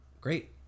great